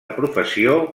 professió